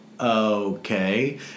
okay